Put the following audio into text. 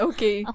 Okay